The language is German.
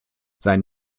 sein